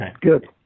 Good